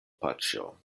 paĉjo